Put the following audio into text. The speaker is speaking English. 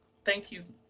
thank you